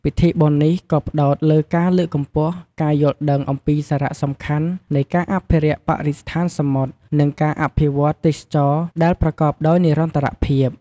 ពិធីបុណ្យនេះក៏ផ្តោតលើការលើកកម្ពស់ការយល់ដឹងអំពីសារៈសំខាន់នៃការអភិរក្សបរិស្ថានសមុទ្រ និងការអភិវឌ្ឍន៍ទេសចរណ៍ដែលប្រកបដោយនិរន្តរភាព។